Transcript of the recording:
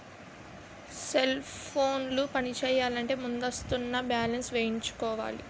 cell ఫోన్లు పనిచేయాలంటే ముందస్తుగా బ్యాలెన్స్ వేయించుకోవాలి